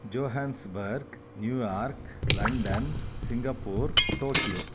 Johannesburg New York London Singapore Tokyo